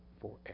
forever